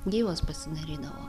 gyvas pasidarydavo